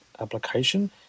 application